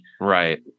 Right